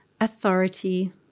authority